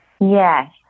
Yes